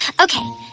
Okay